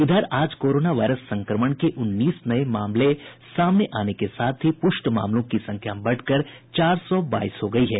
इधर आज corona virus संक्रमण के उन्नीस नये मामले सामने आने के साथ ही पुष्ट मामलों की संख्या बढ़कर चार सौ बाईस हो गयी है